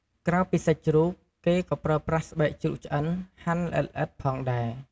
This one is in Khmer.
ក្រៅពីសាច់ជ្រូក គេក៏ប្រើប្រាស់ស្បែកជ្រូកឆ្អិនហាន់ល្អិតៗផងដែរ។